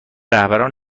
رهبران